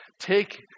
take